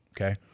okay